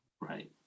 right